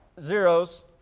zeros